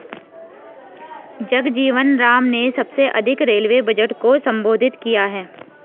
जगजीवन राम ने सबसे अधिक रेलवे बजट को संबोधित किया है